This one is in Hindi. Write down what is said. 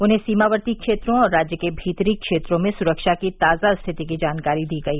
उन्हें सीमावर्ती क्षेत्रों और राज्य के भीतरी क्षेत्रों में सुरक्षा की ताजा स्थिति की जानकारी दी गई